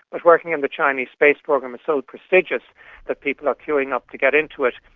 but working in the chinese space program is so prestigious that people are queuing up to get into it.